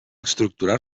estructurar